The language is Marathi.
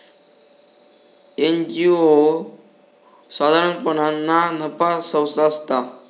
एन.जी.ओ साधारणपणान ना नफा संस्था असता